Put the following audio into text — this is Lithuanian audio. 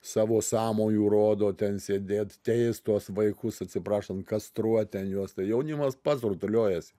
savo sąmojų rodo ten sėdėt teist tuos vaikus atsiprašant kastruoti ten juos tai jaunimas pats rutuliojasi